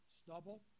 stubble